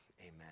amen